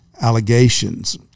allegations